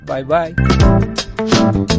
Bye-bye